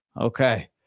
Okay